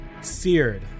seared